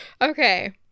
Okay